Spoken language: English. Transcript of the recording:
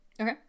Okay